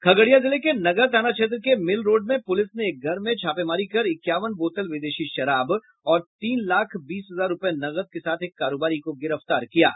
खगड़िया जिले के नगर थाना क्षेत्र के मिल रोड में पुलिस ने एक घर में छापेमारी कर इक्यावन बोतल विदेशी शराब और तीन लाख बीस हजार रूपये नकद के साथ एक कारोबारी को गिरफ्तार किया है